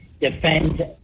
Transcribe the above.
defend